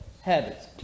Habits